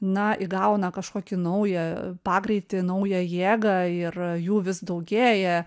na įgauna kažkokį naują pagreitį naują jėgą ir jų vis daugėja